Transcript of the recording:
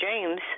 James